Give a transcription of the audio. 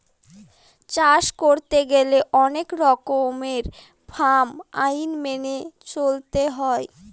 চাষ করতে গেলে অনেক রকমের ফার্ম আইন মেনে চলতে হয়